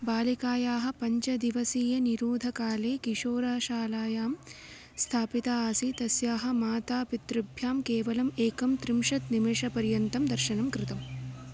बालिकायाः पञ्चदिवसीय निरोधकाले किशोराशालायां स्थापिता आसीत् तस्याः मातापितृभ्यां केवलम् एकं त्रिंशत् निमिषपर्यन्तं दर्शनं कृतम्